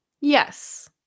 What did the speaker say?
Yes